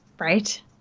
Right